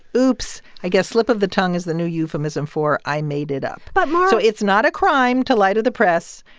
oops. i guess slip of the tongue is the new euphemism for, i made it up but, mara. so it's not a crime to lie to the press.